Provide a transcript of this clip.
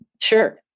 sure